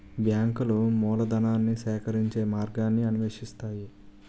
బ్యాంకులు మూలధనాన్ని సేకరించే మార్గాన్ని అన్వేషిస్తాయి